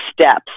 steps